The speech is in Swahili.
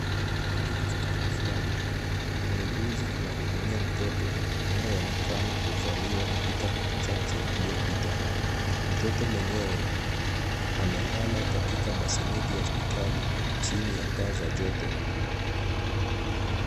Katika hospitali fulani, muuguzi anahudumia mtoto anayeonekana kuzaliwa dakika chache iliyopita. Mtoto mwenyewe amelala katika basineti ya hospitali chini ya taa za joto.